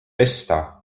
pesta